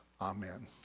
Amen